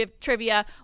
trivia